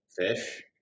fish